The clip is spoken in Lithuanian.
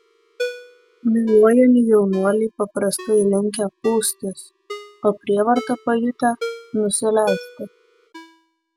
myluojami jaunuoliai paprastai linkę pūstis o prievartą pajutę nusileisti